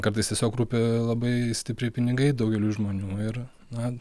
kartais tiesiog rūpi labai stipriai pinigai daugeliui žmonių ir na